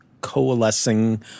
coalescing